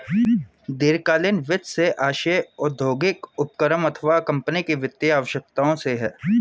दीर्घकालीन वित्त से आशय औद्योगिक उपक्रम अथवा कम्पनी की वित्तीय आवश्यकताओं से है